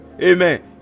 Amen